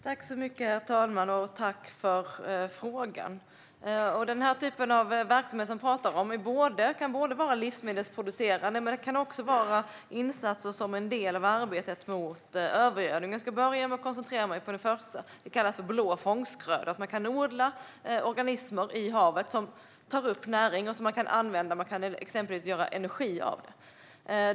Herr talman! Jag vill tacka för frågan. Den typen av verksamhet som vi pratar om kan vara livsmedelsproducerande men också en del av arbetet mot övergödning. Jag ska börja med det sistnämnda. Det kallas för blå fångstgröda. Man kan odla organismer i havet som tar upp näring och som man kan använda, exempelvis göra energi av det.